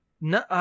No